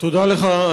תודה לך,